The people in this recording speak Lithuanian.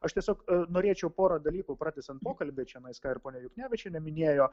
aš tiesiog norėčiau porą dalykų pratęsiant pokalbį čianais ką ir ponia juknevičienė minėjo